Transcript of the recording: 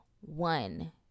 one